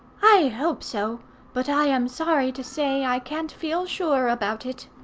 i hope so but i am sorry to say i can't feel sure about it.